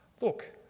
Look